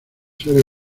seres